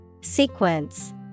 Sequence